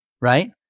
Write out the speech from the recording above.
right